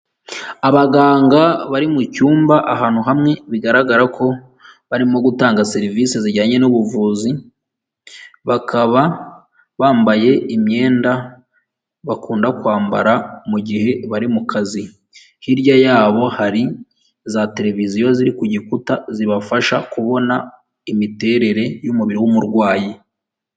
Abaganga bari mu cyumba ahantu hamwe bigaragara ko barimo gutanga serivise zijyanye n'ubuvuzi. Bakaba bambaye imyenda bakunda kwambara mu gihe bari mu kazi. Hirya yabo hari za televiziyo ziri ku gikuta zibafasha kubona imiterere y'umubiri w'umurwayi.